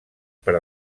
per